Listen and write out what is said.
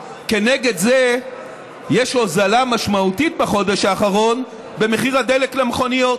כנגד זה יש הוזלה משמעותית בחודש האחרון במחיר הדלק למכוניות.